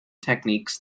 techniques